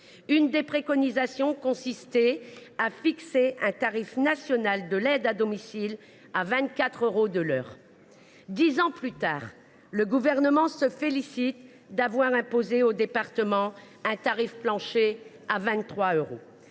de leurs préconisations consistait à fixer un tarif national de l’aide à domicile à 24 euros de l’heure. Dix ans plus tard, le Gouvernement se félicite d’avoir imposé aux départements un tarif plancher à 23 euros.